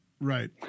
right